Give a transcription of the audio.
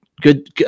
good